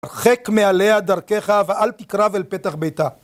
הרחק מעליה דרכך ואל תקרב אל פתח ביתה